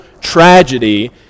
tragedy